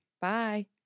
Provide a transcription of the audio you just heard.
Bye